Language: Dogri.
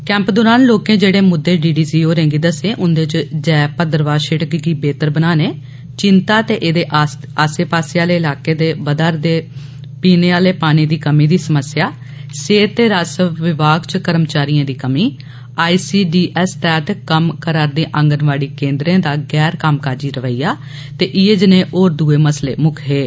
कैंप दोरान लोकें जेड़े मुद्दे डी डी सी होरेंगी दस्से उन्दे च जय भद्रवाह षिड़क गी बेहतर बनाने चिन्ता ते एहदे आस्सै पास्सै आहलें इलाके च बधा'र दी पौने आहले पानी दी कमी दी समस्या सेहत ते राजस्व विभाग च कर्मचारीयें दी कमी आई सी डी एस तैहत कम्म करा'र दे आंगनवाड़ी केन्द्र दा गैर कम्म काजी रवैया ते इयै जनेह होर दुए मसले मुक्ख हे